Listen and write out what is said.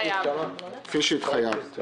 כפי שהתחייבנו.